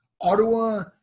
ottawa